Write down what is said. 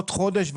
עוד חודש,